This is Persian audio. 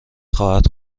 خواهد